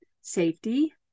Safety